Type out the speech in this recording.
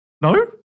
No